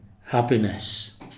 happiness